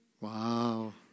Wow